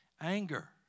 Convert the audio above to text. anger